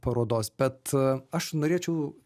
parodos bet aš norėčiau